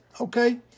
okay